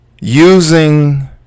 using